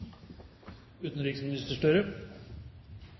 utenriksminister,